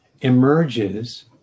emerges